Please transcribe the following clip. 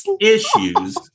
issues